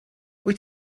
wyt